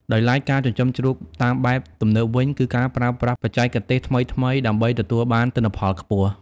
ដោយឡែក ការចិញ្ចឹមជ្រូកតាមបែបទំនើបវិញ គឺជាការប្រើប្រាស់បច្ចេកទេសថ្មីៗដើម្បីទទួលបានទិន្នផលខ្ពស់។